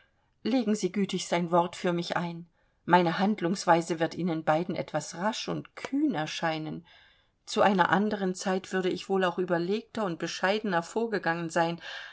legen sie gütigst ein wort für mich ein meine handlungsweise wird ihnen beiden etwas rasch und kühn erscheinen zu einer anderen zeit würde ich wohl auch überlegter und bescheidener vorgegangen sein